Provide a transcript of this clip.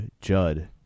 Judd